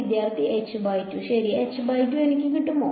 വിദ്യാർത്ഥി ശരി എനിക്ക് കിട്ടുമോ